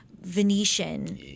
Venetian